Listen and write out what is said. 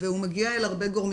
והוא מגיע אל הרבה גורמים,